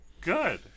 Good